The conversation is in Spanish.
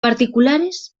particulares